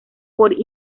por